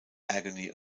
agony